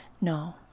No